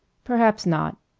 perhaps not,